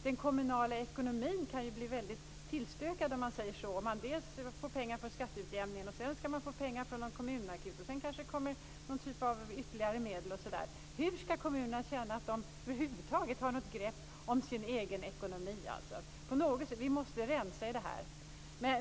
Den kommunala ekonomin kan bli väldigt tillstökad om man dels får pengar från skatteutjämningssystemet, dels från kommunakuten, dels från några ytterligare medel. Hur ska kommunerna känna att de över huvud taget har något grepp om sin egen ekonomi? På något sätt måste vi rensa i det här.